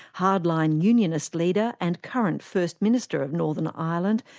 hardline unionist leader and current first minister of northern ireland,